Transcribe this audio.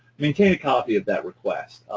maintain a copy of that request.